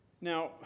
Now